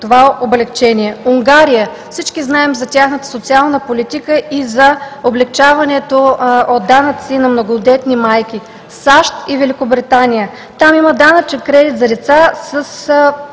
това облекчение. Унгария – всички знаем за тяхната социална политика и за облекчаването от данъци на многодетни майки. В САЩ и Великобритания има данъчен кредит за лица със